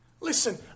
Listen